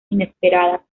inesperadas